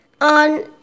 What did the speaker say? on